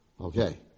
Okay